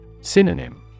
Synonym